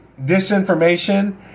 disinformation